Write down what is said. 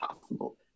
possible